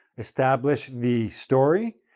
establish the story,